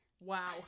Wow